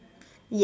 yes